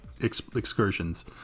excursions